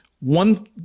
One